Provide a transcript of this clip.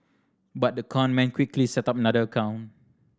but the con man quickly set up another account